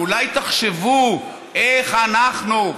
ואולי תחשבו איך אנחנו,